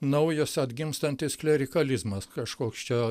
naujas atgimstantis klerikalizmas kažkoks čia